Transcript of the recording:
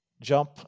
jump